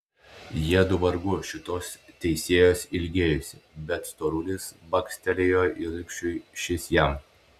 jiedu vargu šitos teisėjos ilgėjosi bet storulis bakstelėjo ilgšiui šis jam